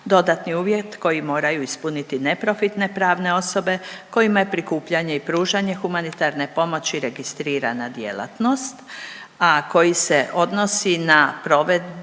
dodatni uvjet koji moraju ispuniti neprofitne pravne osobe kojima je prikupljanje i pružanje humanitarne pomoći registrirana djelatnost, a koji se odnosi na provedbe,